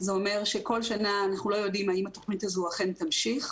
זה אומר שכל שנה אנחנו לא יודעים האם התוכנית הזו אכן תמשיך.